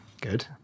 Good